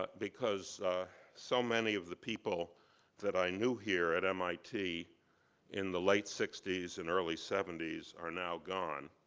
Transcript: but because so many of the people that i knew here at mit in the late sixty s and early seventy s are now gone.